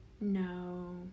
No